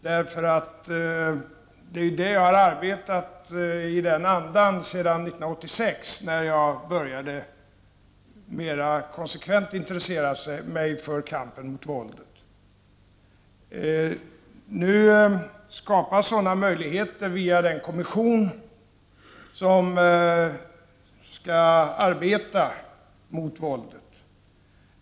Det är i den andan jag har arbetat sedan 1986, då jag började att mer konsekvent intressera mig för kampen mot våldet. Nu skapas sådana möjligheter via den kommission som skall arbeta mot våldet.